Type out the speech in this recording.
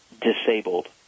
disabled